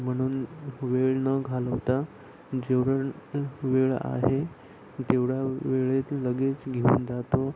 म्हणून वेळ न घालवता जेवढं वेळ आहे तेवढा वेळेत लगेच घेऊन जातो